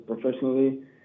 professionally